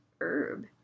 herb